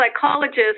psychologist